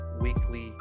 weekly